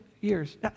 years